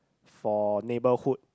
for neighborhood